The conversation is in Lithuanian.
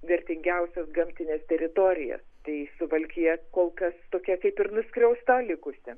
vertingiausias gamtines teritorijas tai suvalkija kol kas tokia kaip ir nuskriausta likusi